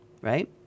right